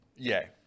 Yay